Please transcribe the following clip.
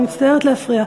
אני מצטערת להפריע.